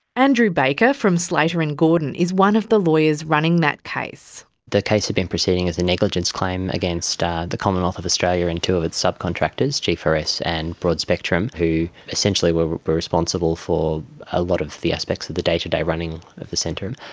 andrew baker from slater and gordon is one of the lawyers running that case. the case had been proceeding as a negligence claim against ah the commonwealth of australia and two of its sub-contractors, g four s and broadspectrum, who essentially were were responsible for a lot of the aspects of the day-to-day running of the centre. um